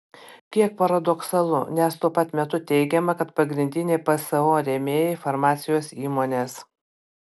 kiek paradoksalu nes tuo pat metu teigiama kad pagrindiniai pso rėmėjai farmacijos įmonės